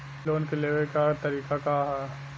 Loan के लेवे क तरीका का ह?